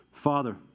Father